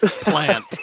plant